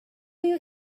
you